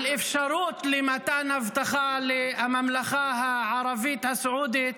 אפשרות למתן הבטחה לממלכה הערבית הסעודית